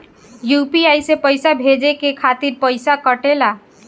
UPI से पइसा भेजने के खातिर पईसा कटेला?